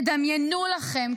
תדמיינו לכם,